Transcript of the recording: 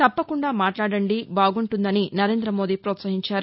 తప్పకుండా మాట్లాడండి బాగుంటుందని నరేందమోదీ ప్రోత్సహించారు